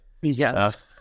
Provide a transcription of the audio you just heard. yes